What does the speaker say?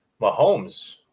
mahomes